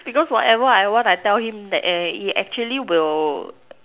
because whatever I want I tell him that he actually will